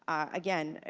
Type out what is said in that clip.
again,